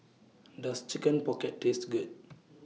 Does Chicken Pocket Taste Good